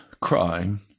crying